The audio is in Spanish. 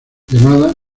llamada